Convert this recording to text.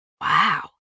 Wow